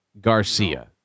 Garcia